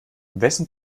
wessen